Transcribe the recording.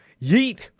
yeet